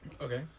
Okay